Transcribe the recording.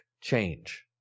change